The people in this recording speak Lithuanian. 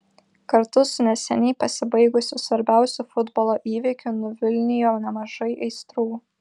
kartu su neseniai pasibaigusiu svarbiausiu futbolo įvykiu nuvilnijo nemažai aistrų